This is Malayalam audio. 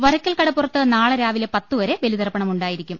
വരക്കൽ കടപ്പുറത്ത് നാളെ രാവിലെ പത്തുവരെ ബലിതർപ്പണം ഉണ്ടായിരിക്കും